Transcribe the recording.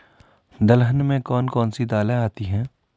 दलहन में कौन कौन सी दालें आती हैं?